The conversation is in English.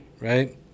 right